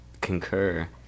concur